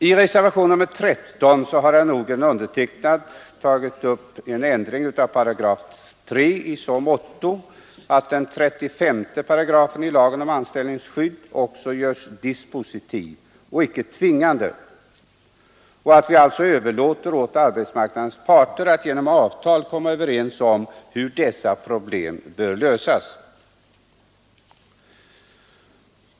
I reservationerna 13 och 14 har herr Nordgren och jag yrkat på en ändring av 3 § i så måtto att 35 § i lagen om anställningsskydd också görs dispositiv och icke tvingande och att vi alltså överlåter åt arbetsmarknadens parter att genom avtal komma överens om hur dessa problem bör lösas.